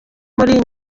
muri